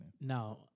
Now